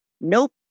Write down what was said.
Nope